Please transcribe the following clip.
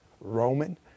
Roman